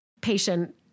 patient